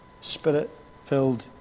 spirit-filled